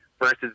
versus